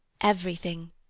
Everything